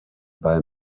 buy